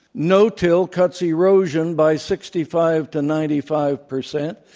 no-till cuts erosion by sixty five to ninety five per cent.